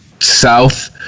South